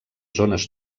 zones